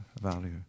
value